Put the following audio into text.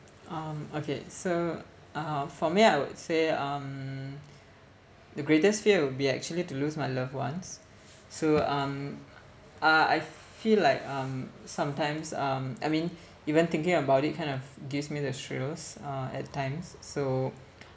um okay so uh for me I would say um the greatest fear would be actually to lose my loved ones so um uh I feel like um sometimes um I mean even thinking about it kind of gives me the thrills uh at times so